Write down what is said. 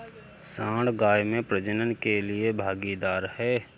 सांड गाय में प्रजनन के लिए भागीदार है